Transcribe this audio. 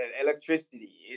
electricity